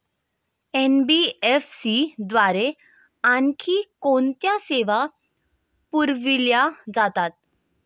NBFC द्वारे आणखी कोणत्या सेवा पुरविल्या जातात?